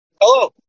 Hello